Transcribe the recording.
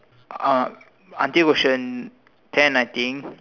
um until question ten I think